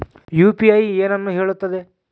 UPI ಏನನ್ನು ಹೇಳುತ್ತದೆ?